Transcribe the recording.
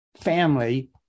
family